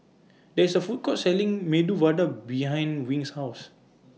There IS A Food Court Selling Medu Vada behind Wing's House